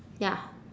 ya